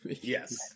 Yes